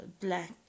black